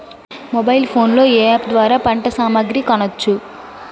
Mobile phone లో ఏ app ద్వారా పంట సామాగ్రి కొనచ్చు?